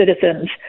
citizens